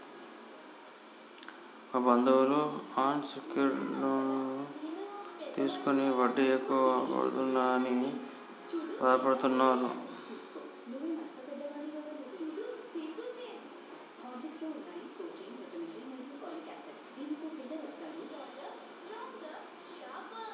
మా బంధువులు unsecured loan తీసుకుని వడ్డీ ఎక్కువ కడుతున్నామని బాధపడుతున్నరు